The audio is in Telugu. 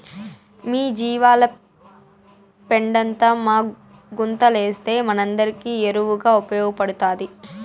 మీ జీవాల పెండంతా మా గుంతలేస్తే మనందరికీ ఎరువుగా ఉపయోగపడతాది